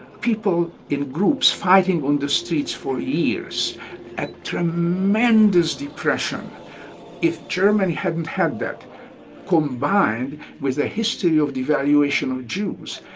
people in groups fighting on the streets for years at tremendous depression if germany hadn't had that combined with a history of devaluation of jews,